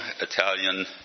Italian